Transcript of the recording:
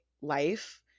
life